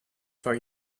for